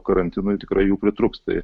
karantinui tikrai jų pritrūks tai